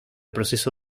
proceso